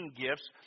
gifts